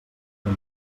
puc